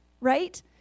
right